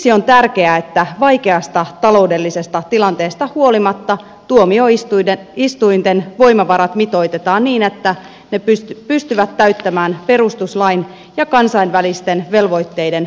siksi on tärkeää että vaikeasta taloudellisesta tilanteesta huolimatta tuomioistuinten voimavarat mitoitetaan niin että tuomioistuimet pystyvät täyttämään perustuslain ja kansainvälisten velvoitteiden oikeusturvavaatimukset